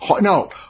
no